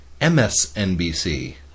MSNBC